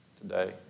today